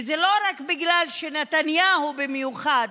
וזה לא רק בגלל שנתניהו במיוחד,